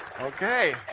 Okay